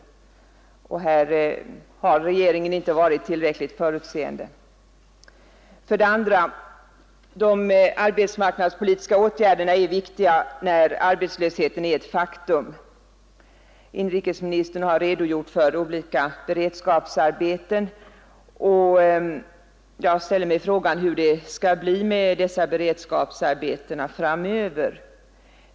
Här har regeringen inte varit tillräckligt förutseende. För det andra: De arbetsmarknadspolitiska åtgärderna är viktiga när arbetslösheten är ett faktum. Inrikesministern har redogjort för olika beredskapsarbeten, och jag ställer mig frågan hur det skall bli med dessa beredskapsarbeten framöver.